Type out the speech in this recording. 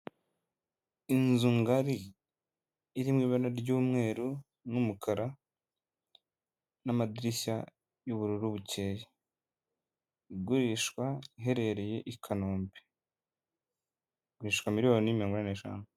Inzu ngari, irimo mu ibara ry'umweru n'umukara, n'amadirishya y'ubururu buke, igurishwa iherereye i Kanombe, iragurishwa miliyoni mirongo inani n'eshanu.